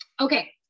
Okay